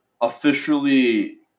officially